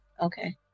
Okay